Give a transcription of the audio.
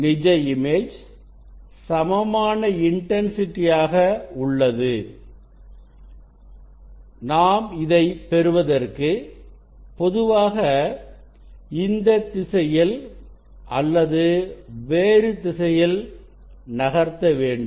நிஜ இமேஜ் சமமான இன்டன்சிட்டி ஆக உள்ளது நாம் இதை பெறுவதற்கு பொதுவாக இந்த திசையில் அல்லது வேறு திசையில் நகர்த்த வேண்டும்